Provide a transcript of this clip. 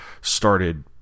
started